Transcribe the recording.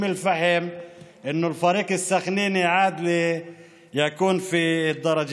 אל-פחם שקבוצת סח'נין חזרה להיות בליגת